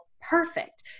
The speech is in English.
perfect